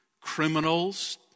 criminals